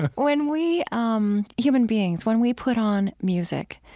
when we um human beings, when we put on music